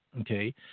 Okay